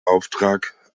auftrag